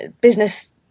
business